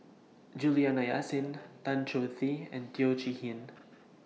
Juliana Yasin Tan Choh Tee and Teo Chee Hean